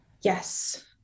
Yes